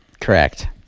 Correct